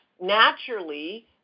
naturally